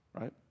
right